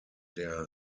der